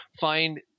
find